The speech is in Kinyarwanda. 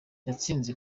yatsinze